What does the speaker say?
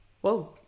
Whoa